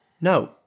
No